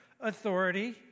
authority